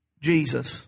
Jesus